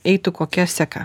eitų kokia seka